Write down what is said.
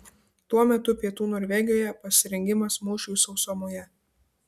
tuo metu pietų norvegijoje pasirengimas mūšiui sausumoje